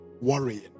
worrying